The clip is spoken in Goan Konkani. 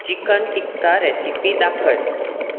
चिकन टिक्का रॅसिपी दाखय